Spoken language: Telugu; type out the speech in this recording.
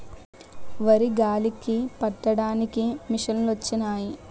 వరి గాలికి పట్టడానికి మిసంలొచ్చినయి